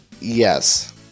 Yes